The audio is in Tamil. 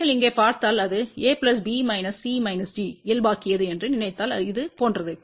நீங்கள் இங்கே பார்த்தால் இது a b c d இயல்பாக்கியது என்று நினைத்தால் இது போன்றது